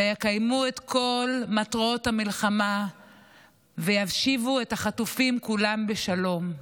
ויקיימו את כל מטרות המלחמה וישיבו את החטופים כולם בשלום.